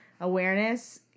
awareness